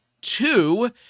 two